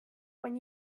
when